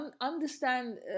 understand